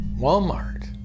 Walmart